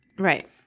Right